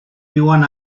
viuen